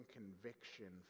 conviction